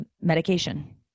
medication